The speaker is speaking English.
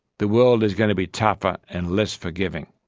the world is going to be tougher and less forgiving.